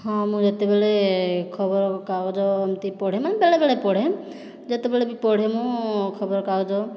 ହଁ ମୁଁ ଯେତେବେଳେ ଖବର କାଗଜ ଏମିତି ପଢ଼େ ମାନେ ବେଳେବେଳେ ପଢ଼େ ଯେତେବେଳେ ବି ପଢ଼େ ମୁଁ ଖବର କାଗଜ